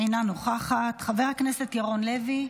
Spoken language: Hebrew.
אינה נוכחת, חבר הכנסת ירון לוי,